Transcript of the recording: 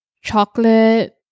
chocolate